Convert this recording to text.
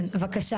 אני רואה